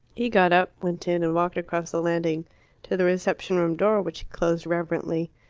he got up, went in, and walked across the landing to the reception-room door, which he closed reverently.